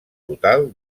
total